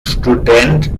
student